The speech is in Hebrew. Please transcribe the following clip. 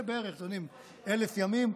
זה בערך 1,000 ימים.